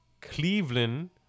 Cleveland